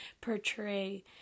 portray